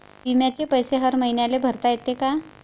बिम्याचे पैसे हर मईन्याले भरता येते का?